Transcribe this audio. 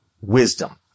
wisdom